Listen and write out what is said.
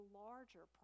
larger